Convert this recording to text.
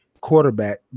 quarterback